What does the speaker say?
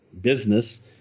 business